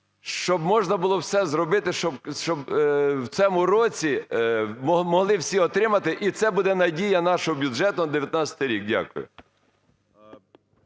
щоб можна було все зробити, щоб в цьому році могли всі отримати – і це буде надія нашого бюджету на 2019 рік. Дякую.